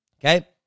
Okay